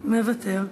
מוותר.